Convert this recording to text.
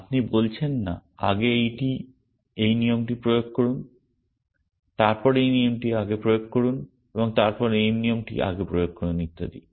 আপনি বলছেন না আগে এই নিয়মটি প্রয়োগ করুন তারপর এই নিয়মটি আগে প্রয়োগ করুন এবং তারপর এই নিয়মটি আগে প্রয়োগ করুন ইত্যাদি